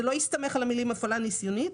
שזה לא יסתמך על המילים הפעלה ניסיונית,